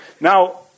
Now